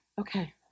Okay